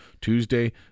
Tuesday